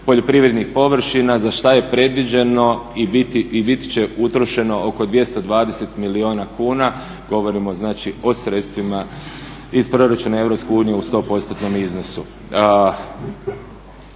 poljoprivrednih površina za šta je predviđeno i biti će utrošeno oko 220 milijuna kuna, govorimo o sredstvima iz proračuna EU u 100%-om iznosu.